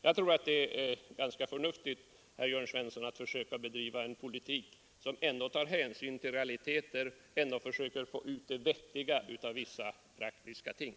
Jag tror att det är ganska förnuftigt, herr Jörn Svensson, att försöka bedriva en politik som ändå tar hänsyn till realiteter och försöka få ut det vettiga i vissa praktiska ting.